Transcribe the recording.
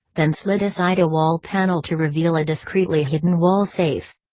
then slid aside a wall panel to reveal a discreetly hidden wall safe.